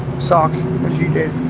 socks, as you did.